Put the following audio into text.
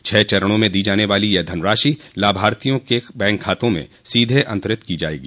छः चरणों में दी जाने वाली यह धनराशि लाभार्थियों के बैंक खातों में सीधे अन्तरित की जायेगी